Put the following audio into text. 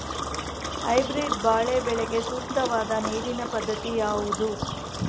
Hybrid ಬಾಳೆ ಬೆಳೆಗೆ ಸೂಕ್ತವಾದ ನೀರಿನ ಪದ್ಧತಿ ಯಾವುದು?